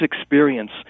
experience